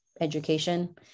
education